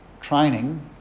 Training